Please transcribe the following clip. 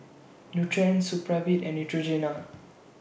Nutren Supravit and Neutrogena